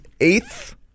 eighth